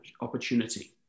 opportunity